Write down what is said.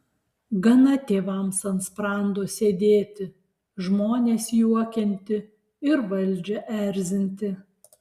gana tėvams ant sprando sėdėti žmones juokinti ir valdžią erzinti